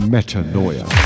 Metanoia